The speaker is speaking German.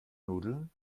nudeln